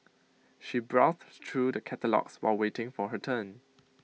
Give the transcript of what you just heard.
she browsed through the catalogues while waiting for her turn